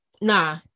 nah